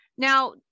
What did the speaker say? Now